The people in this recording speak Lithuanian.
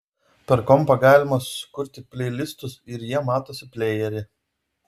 per kompą galima susikurti pleilistus ir jie matosi plejery